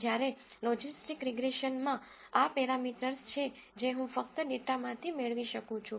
જ્યારે લોજિસ્ટિક્સ રીગ્રેસનમાં આ પેરામીટર્સ છે જે હું ફક્ત ડેટામાંથી મેળવી શકું છું